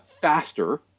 faster